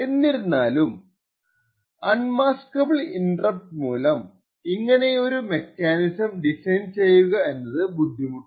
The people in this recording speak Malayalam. എന്നിരുന്നാലും അൺമസ്കബിൾ ഇന്റെര്പ്റ് മൂലം ഇങ്ങനെയൊരു മെക്കാനിസം ഡിസൈൻ ചെയ്യുക എന്നത് ബുദ്ധിമുട്ടാണ്